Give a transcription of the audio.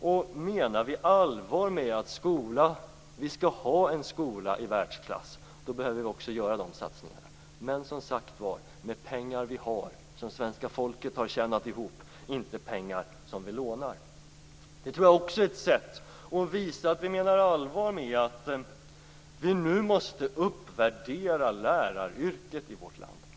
Om vi menar allvar med talet om att vi skall ha en skola i världsklass behöver vi göra de satsningarna men, som sagt, med pengar som vi har och som svenska folket har tjänat ihop - inte med pengar som vi lånar! Jag tror att det också är ett sätt att visa att vi menar allvar med vårt tal om att vi nu måste uppvärdera läraryrket i vårt land.